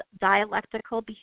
Dialectical